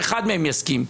שאחד מהם יסכים.